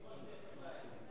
מכל סיעות הבית.